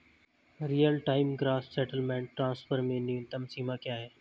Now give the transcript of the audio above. Real time gross settlement transfer में न्यूनतम सीमा क्या है?